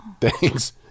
Thanks